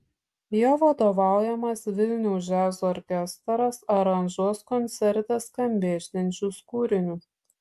jo vadovaujamas vilniaus džiazo orkestras aranžuos koncerte skambėsiančius kūrinius